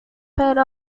pero